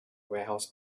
warehouse